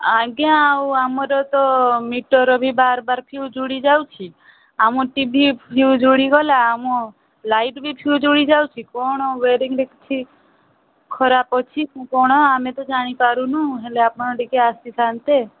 ଆଜ୍ଞା ଆଉ ଆମର ତ ମିଟର୍ ବି ବାର ବାର ଫିଉଜ୍ ଉଡ଼ିଯାଉଛି ଆମ ଟିଭି ଫିଉଜ୍ ଉଡ଼ିଗଲା ଆମ ଲାଇଟ୍ ବି ଫିଉଜ୍ ଉଡ଼ିଯାଉଛ କ'ଣ ୱେରିଙ୍ଗ୍ରେ କିଛି ଖରାପ ଅଛି କି କ'ଣ ଆମେ ତ ଜାଣିପାରୁନୁ ହେଲେ ଆପଣ ଟିକେ ଆସିଥାନ୍ତେ